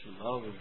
love